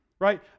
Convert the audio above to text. right